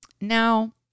Now